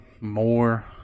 more